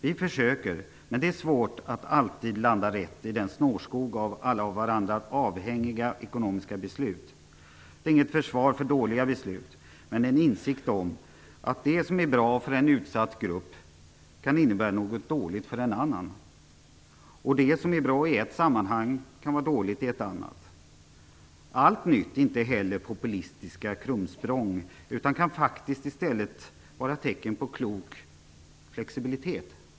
Vi försöker, men det är svårt att alltid landa rätt i snårskogen av alla av varandra avhängiga ekonomiska beslut. Detta är inget försvar för dåliga beslut, men det är en insikt om att det som är bra för en utsatt grupp kan innebära något dåligt för en annan. Det som är bra i ett sammanhang kan vara dåligt i ett annat. Allt nytt är inte heller populistiska krumsprång. Det kan faktiskt också vara fråga om tecken på klok flexibilitet.